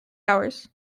hours